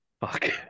Fuck